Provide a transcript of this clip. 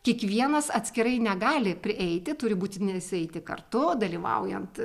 kiekvienas atskirai negali prieiti turi būtinai visi eiti kartu dalyvaujant